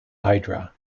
hydra